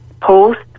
post